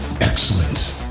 Excellent